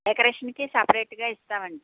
డెకరేషన్కి సపరేట్గా ఇస్తామండి